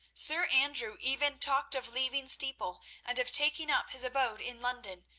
sir andrew even talked of leaving steeple and of taking up his abode in london,